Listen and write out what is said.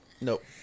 Nope